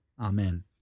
Amen